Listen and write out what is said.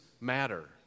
matter